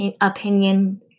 opinion